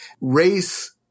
Race